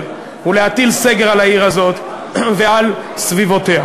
ולהטיל סגר על העיר הזאת ועל סביבותיה.